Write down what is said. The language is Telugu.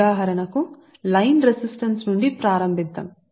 ఉదాహరణకు లైన్ రెసిస్టన్స్ నుండి ప్రారంభిద్దాం